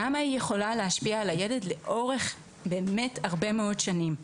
כמה היא יכולה להשפיע על הילד לאורך באמת הרבה מאוד שנים.